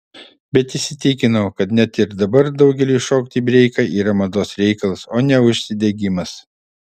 bet įsitikinau kad net ir dabar daugeliui šokti breiką yra mados reikalas o ne užsidegimas